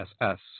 SS